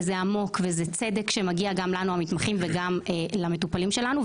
זה עמוק וזה צדק שמגיע גם לנו המתמחים וגם למטופלים שלנו.